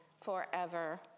forever